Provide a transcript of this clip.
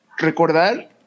recordar